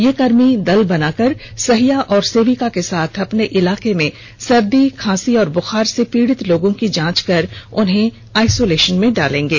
ये कर्मी दल बनाकर सहिया और सेविका के साथ अपने इलाके में सर्दी खांसी और बुखार से पीड़ित लोगों की जांच कर उन्हें आइसोलेषन में डालेंगे